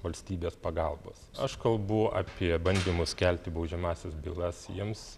valstybės pagalbos aš kalbu apie bandymus kelti baudžiamąsias bylas jiems